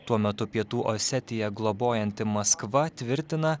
tuo metu pietų osetiją globojanti maskva tvirtina